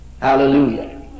Hallelujah